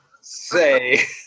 say